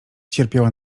cierpiała